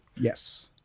Yes